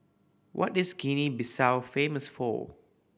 what is Guinea Bissau famous for